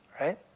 right